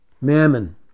mammon